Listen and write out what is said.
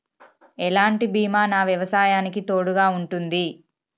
ఎలాంటి బీమా నా వ్యవసాయానికి తోడుగా ఉంటుంది?